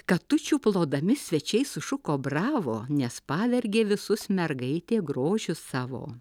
katučių plodami svečiai sušuko bravo nes pavergė visus mergaitė grožiu savo